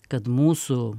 kad mūsų